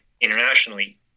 internationally